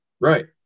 Right